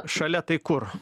šalia tai kur